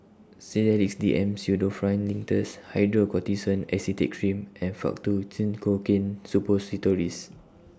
Sedilix D M Pseudoephrine Linctus Hydrocortisone Acetate Cream and Faktu Cinchocaine Suppositories